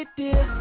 dear